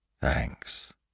Thanks